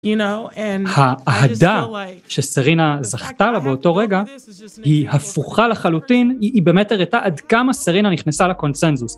האהדה שסרינה זכתה לה באותו רגע, היא הפוכה לחלוטין, היא באמת הראתה עד כמה סרינה נכנסה לקונצנזוס.